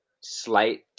slight